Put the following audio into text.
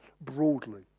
broadly